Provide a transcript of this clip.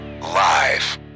Live